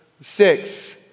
six